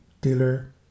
dealer